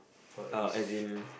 uh as in